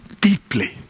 deeply